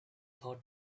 thought